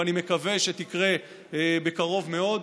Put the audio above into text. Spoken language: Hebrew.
ואני מקווה שתקרה בקרוב מאוד.